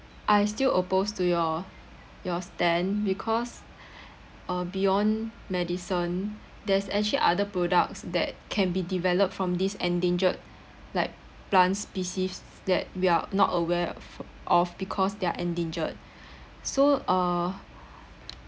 I still oppose to your your stand because uh beyond medicine there's actually other products that can be developed from these endangered like plant species that we are not aware f~ of because they're endangered so uh